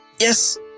Yes